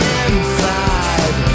inside